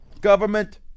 government